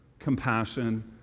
compassion